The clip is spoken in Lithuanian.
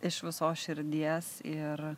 iš visos širdies ir